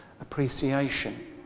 appreciation